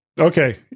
Okay